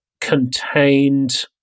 contained